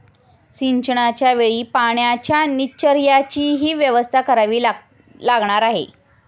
सिंचनाच्या वेळी पाण्याच्या निचर्याचीही व्यवस्था करावी लागणार आहे